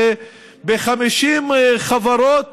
שב-50 חברות